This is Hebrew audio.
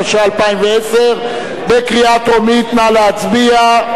התשע"א 2010. נא להצביע.